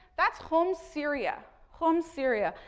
that's homs syria, homs syria,